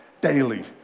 daily